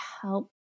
help